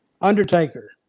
Undertaker